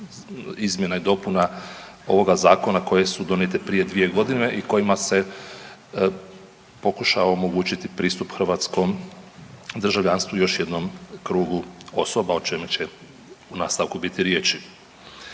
izmjena i dopuna ovoga zakona koje su donijete prije 2.g. i kojima se pokušao omogućiti pristup hrvatskom državljanstvu još jednom krugu osoba o čemu će u nastavku biti riječi.